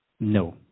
No